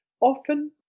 Often